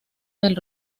del